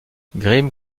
grimm